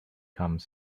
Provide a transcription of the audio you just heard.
come